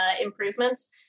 improvements